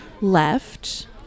left